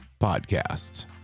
podcasts